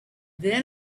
then